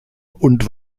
und